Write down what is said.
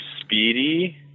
speedy